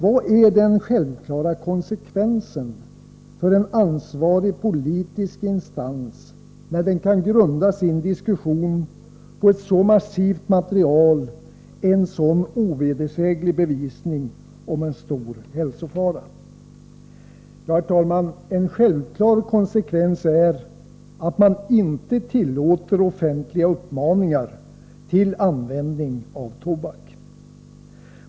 Vad är den självklara konsekvensen för en ansvarig politisk instans, när den kan grunda sin diskussion på ett så massivt material, en så ovedersäglig bevisning om en stor hälsofara? En självklar konsekvens är att man inte tillåter offentliga uppmaningar till användning av tobak.